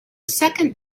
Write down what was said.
second